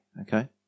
okay